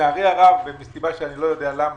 לצערי הרב, מסיבה שאיני יודע למה,